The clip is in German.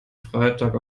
freitag